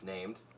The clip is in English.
Named